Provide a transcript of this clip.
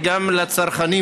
וגם לצרכנים,